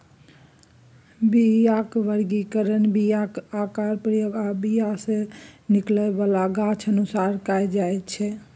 बीयाक बर्गीकरण बीयाक आकार, प्रयोग आ बीया सँ निकलै बला गाछ अनुसार कएल जाइत छै